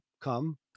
come